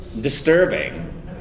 disturbing